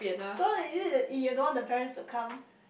so is it you are don't want the parents would come